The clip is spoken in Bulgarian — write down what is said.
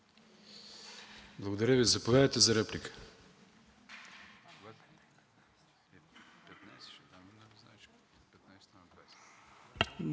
Благодаря Ви. Заповядайте за реплика.